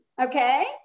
okay